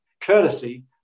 courtesy